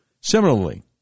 Similarly